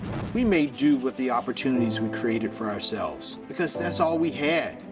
we made due with the opportunities we created for ourselves. because that's all we had.